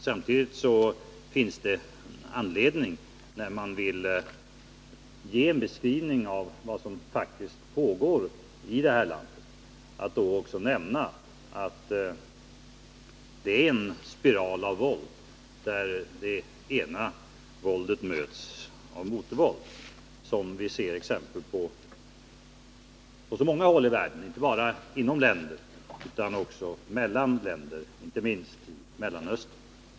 Samtidigt finns det anledning att, när man vill ge en beskrivning av vad som Nr 33 faktiskt pågår i Iran, också nämna att det är fråga om en spiral av våld, där det ena våldet möts av motvåld. Vi ser ju exempel på det på så många håll i världen — inte bara inom länder utan också mellan länder, inte minst i Mellanöstern.